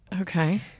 Okay